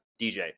DJ